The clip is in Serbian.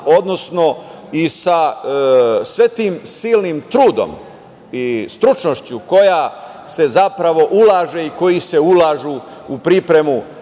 odnosno i sa svim tim silnim trudom i stručnošću koja se zapravo ulaže i koji se ulažu u pripremu